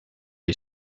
est